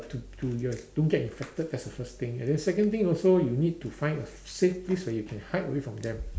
to to your don't get infected that's the first thing and then second thing also you need to find a safe place where you can hide away from them